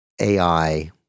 AI